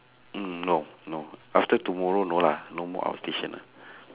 mm no no after tomorrow no lah no more outstation ah